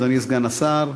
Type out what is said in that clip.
אדוני סגן השר,